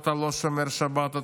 אתה לא שומר שבת?